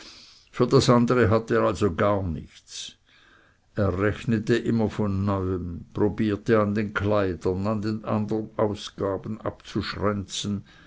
für das andere hatte er also gar nichts er rechnete immer von neuem probierte an den kleidern an den andern ausgaben